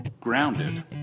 grounded